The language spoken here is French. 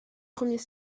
premiers